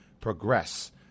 progress